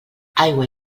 aigua